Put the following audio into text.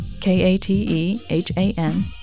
K-A-T-E-H-A-N